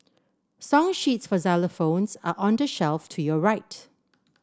song sheets for xylophones are on the shelf to your right